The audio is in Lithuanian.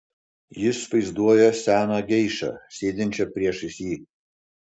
jis vaizduoja seną geišą sėdinčią priešais jį